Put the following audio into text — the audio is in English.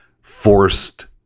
forced